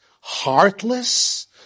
heartless